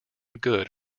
good